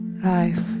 Life